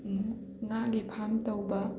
ꯉꯥꯒꯤ ꯐꯥꯔꯝ ꯇꯧꯕ